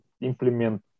implement